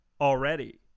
already